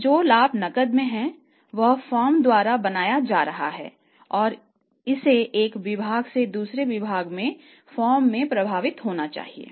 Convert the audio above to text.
तो जो लाभ नकद में है वह फर्म द्वारा बनाया जा रहा है और इसे एक विभाग से दूसरे विभाग में फर्म में प्रवाहित होना चाहिए